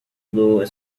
blue